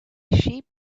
sheep